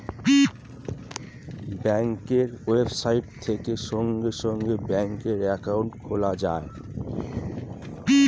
ব্যাঙ্কের ওয়েবসাইট থেকে সঙ্গে সঙ্গে ব্যাঙ্কে অ্যাকাউন্ট খোলা যায়